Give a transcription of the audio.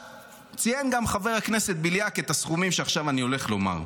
ציין גם חבר הכנסת בליאק את הסכומים שעכשיו אני הולך לומר: